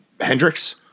Hendricks